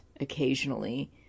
occasionally